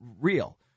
real